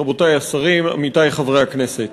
תודה לך, רבותי השרים, עמיתי חברי הכנסת,